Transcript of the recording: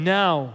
now